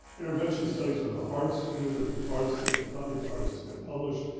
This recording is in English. intervention studies are the hardest to do, they're the hardest to get funded, the hardest to get published.